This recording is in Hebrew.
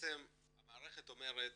בעצם המערכת אומרת